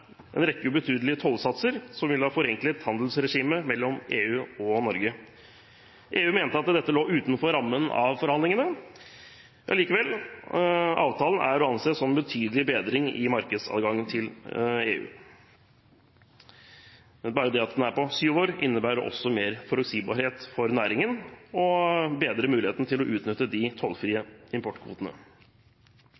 en rekke ubetydelige tollsatser, som ville ha forenklet handelsregimet mellom EU og Norge. EU mente at dette lå utenfor rammen av forhandlingene. Avtalen er likevel å anse som en betydelig bedring i markedsadgangen til EU. Bare det at den er på syv år, innebærer også mer forutsigbarhet for næringen og bedrer muligheten til å utnytte de tollfrie